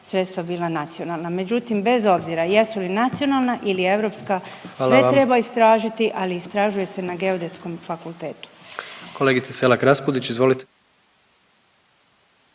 sredstva bila nacionalna. Međutim, bez obzira jesu li nacionalna ili europska sve treba … …/Upadica predsjednik: Hvala